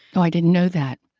i didn't know that.